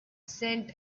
cent